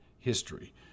history